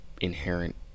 inherent